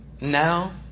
now